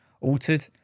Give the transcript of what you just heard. altered